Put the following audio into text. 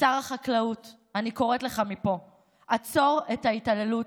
שר החקלאות, אני קוראת לך מפה: עצור את ההתעללות.